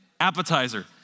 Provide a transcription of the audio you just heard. appetizer